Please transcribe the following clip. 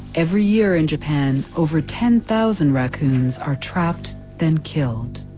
every year in japan, over ten thousand raccoons are trapped then killed.